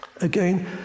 again